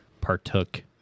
partook